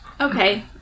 Okay